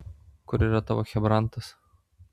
kur yra tavo chebrantas